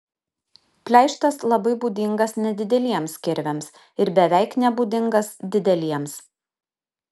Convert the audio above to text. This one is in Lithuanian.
pleištas labai būdingas nedideliems kirviams ir beveik nebūdingas dideliems